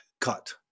cut